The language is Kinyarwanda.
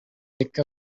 rica